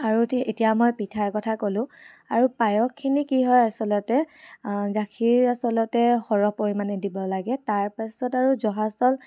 আৰুতি এতিয়া মই পিঠাৰ কথা ক'লোঁ আৰু পায়সখিনি কি হয় আচলতে গাখীৰ আচলতে সৰহ পৰিমাণে দিব লাগে তাৰপাছত আৰু জহা চাউল